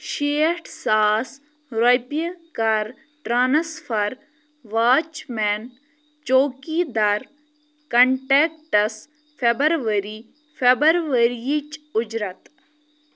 شیٹھ ساس رۄپیہِ کَر ٹرٛانسفَر واچمین چوکی دَر کنٹیکٹَس فٮ۪بَرؤری فٮ۪بَرؤریٕچ اُجرت